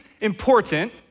important